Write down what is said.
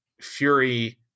fury